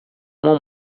uma